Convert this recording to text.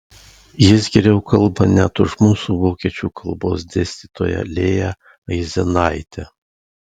jis geriau kalba net už mūsų vokiečių kalbos dėstytoją lėją aizenaitę